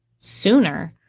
sooner